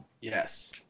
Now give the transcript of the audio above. Yes